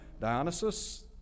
Dionysus